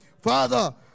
Father